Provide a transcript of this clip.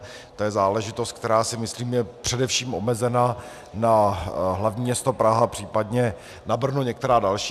To je záležitost, která, si myslím, je především omezena na hlavní město Prahu, případně na Brno a některá další.